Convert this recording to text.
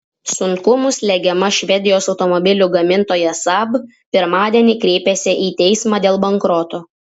sunkumų slegiama švedijos automobilių gamintoja saab pirmadienį kreipėsi į teismą dėl bankroto